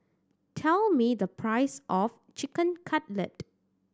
tell me the price of Chicken Cutlet